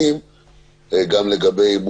גם לגבי סוגי המשרדים,